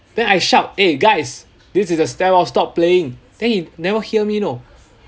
then I shout eh guys this is a stairwell stop playing then he never hear me know